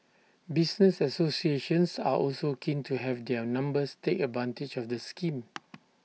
business associations are also keen to have their members take advantage of the scheme